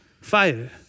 fire